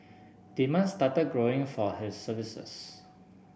demand started growing for his services